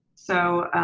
so,